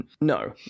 no